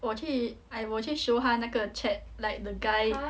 我去 I 我去 show 他那个 chat like the guy